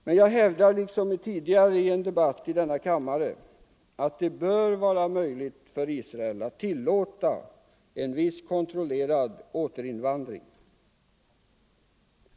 Men jag hävdar, = m.m. liksom i en tidigare debatt i denna kammare, att det bör vara möjligt för Israel att tillåta en viss kontrollerad återinvandring.